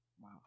Wow